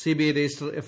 CBI register F